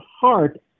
heart